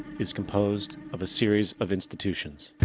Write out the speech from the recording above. is composed of a series of institutions.